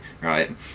Right